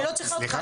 אני לא צריכה אותך.